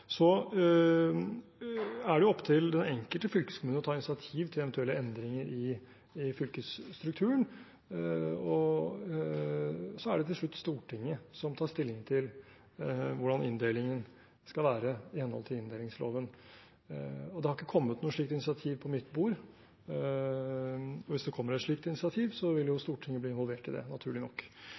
Det er opp til den enkelte fylkeskommune å ta initiativ til eventuelle endringer i fylkesstrukturen, og så er det til slutt Stortinget som tar stilling til hvordan inndelingen skal være i henhold til inndelingsloven. Det har ikke kommet noe slikt initiativ på mitt bord, og hvis det kommer et slikt initiativ, vil Stortinget naturlig nok bli involvert i det.